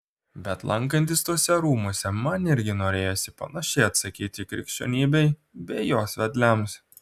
bet lankantis tuose rūmuose man irgi norėjosi panašiai atsakyti krikščionybei bei jos vedliams